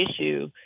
issue